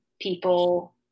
people